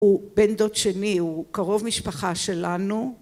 הוא בן דוד שני הוא קרוב משפחה שלנו